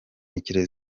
buryo